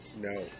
no